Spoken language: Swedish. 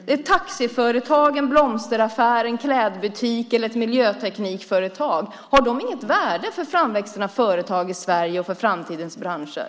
Ett taxiföretag, en blomsteraffär, en klädbutik eller ett miljöteknikföretag - har de inget värde för framväxten av företag i Sverige och för framtidens branscher?